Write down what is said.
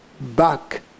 back